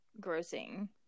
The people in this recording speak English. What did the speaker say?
grossing